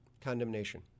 condemnation